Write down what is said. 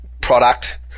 product